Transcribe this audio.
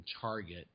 target